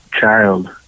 child